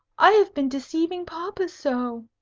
i have been deceiving papa so.